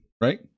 right